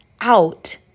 out